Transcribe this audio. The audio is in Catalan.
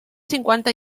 cinquanta